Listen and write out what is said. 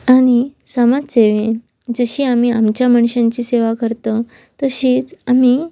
आनी समाज सेवे जशी आमी आमच्या मनशांची सेवा करता तशींच आमी